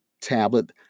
tablet